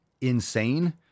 insane